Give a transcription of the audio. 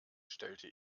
stellte